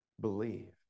believe